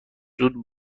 زود